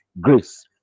grace